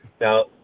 Now